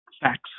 facts